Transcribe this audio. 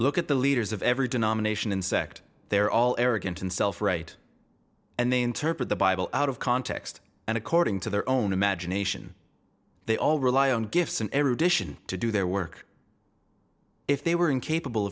look at the leaders of every denomination insect they are all arrogant and self right and they interpret the bible out of context and according to their own imagination they all rely on gifts and every dition to do their work if they were incapable